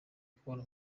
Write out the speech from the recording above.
kubona